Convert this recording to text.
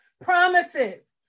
Promises